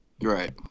right